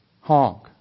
honk